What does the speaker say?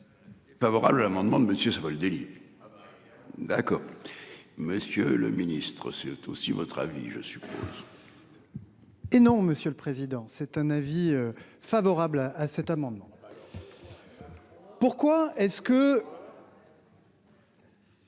Favorable, l'amendement de monsieur Savoldelli. D'accord. Monsieur le Ministre, c'est aussi votre avis. Je suis. Hé non Monsieur le Président, c'est un avis favorable à cet amendement. Pourquoi est-ce que.